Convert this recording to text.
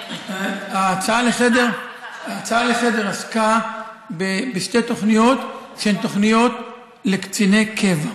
ההצעה לסדר-היום עסקה בשתי תוכניות שהן תוכניות לקציני קבע.